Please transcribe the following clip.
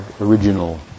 original